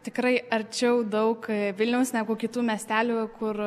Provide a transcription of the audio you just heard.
tikrai arčiau daug vilniaus negu kitų miestelių kur